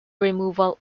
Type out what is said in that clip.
removal